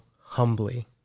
humbly